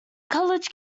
college